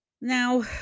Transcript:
now